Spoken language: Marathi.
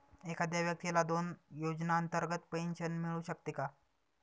एखाद्या व्यक्तीला दोन योजनांतर्गत पेन्शन मिळू शकते का?